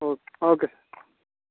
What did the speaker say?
okay okay sir